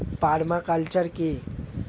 Parma culture কি?